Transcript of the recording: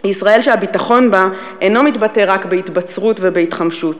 ישראל שהביטחון בה אינו מתבטא רק בהתבצרות ובהתחמשות,